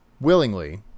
willingly